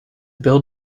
bill